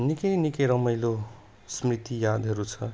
निकै निकै रमाइलो स्मृति यादहरू छ